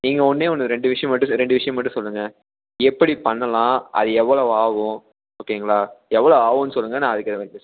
நீங்கள் ஒன்றே ஒன்று ரெண்டு விஷயம் மட்டும் ரெண்டு விஷயம் மட்டும் சொல்லுங்கள் எப்படி பண்ணலாம் அது எவ்வளவு ஆகும் ஓகேங்களா எவ்வளோ ஆகும்னு சொல்லுங்கள் நான் அதுக்கு ஏற்ற மாதிரி பேசுறேன்